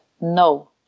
no